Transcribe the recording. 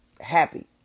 happy